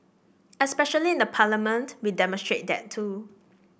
especially in Parliament we demonstrate that too